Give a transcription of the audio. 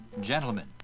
Gentlemen